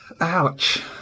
Ouch